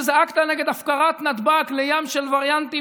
שזעקת נגד הפקרת נתב"ג לים של וריאנטים,